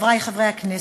חברי חברי הכנסת,